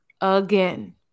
again